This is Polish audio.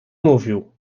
mówił